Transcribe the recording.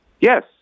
Yes